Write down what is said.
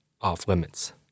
off-limits